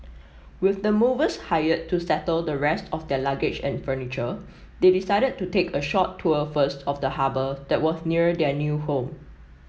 with the movers hired to settle the rest of their luggage and furniture they decided to take a short tour first of the harbour that was near their new home